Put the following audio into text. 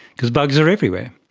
because bugs are everywhere.